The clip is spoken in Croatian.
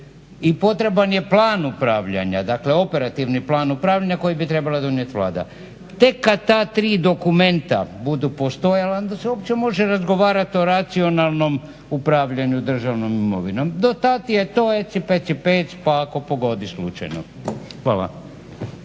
I potreban je plan upravljanja, dakle operativni plan upravljanja koji bi trebala donijet Vlada. Tek kad ta tri dokumenta budu postojala onda se uopće može razgovarat o racionalnom upravljanju državnom imovinom. Dotad je to eci peci pec pa ako pogodiš slučajno. Hvala.